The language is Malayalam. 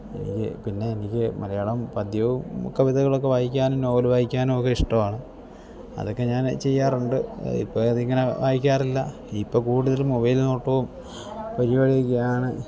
എനിക്ക് പിന്നെ എനിക്ക് മലയാളം പദ്യവും കവിതകളൊക്കെ വായിക്കാനും നോവൽ വായിക്കാനുമൊക്കെ ഇഷ്ടവാണ് അതൊക്കെ ഞാൻ ചെയ്യാറുണ്ട് ഇപ്പം അതിങ്ങനെ വായിക്കാറില്ല ഇപ്പം കൂടുതലും മൊബൈൽ നോട്ടവും പരിപാടിയും ഒക്കെയാണ്